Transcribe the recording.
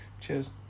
Cheers